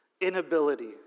inability